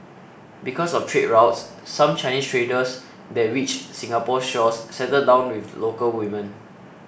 because of trade routes some Chinese traders that reached Singapore's shores settled down with local women